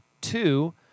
Two